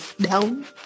down